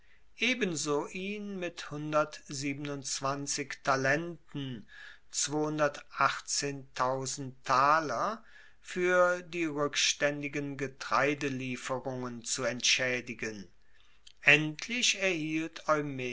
ebenso ihn mit talenten fuer die rueckstaendigen getreidelieferungen zu entschaedigen endlich erhielt